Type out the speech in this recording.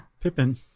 Pippin